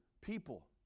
people